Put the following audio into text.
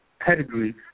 pedigree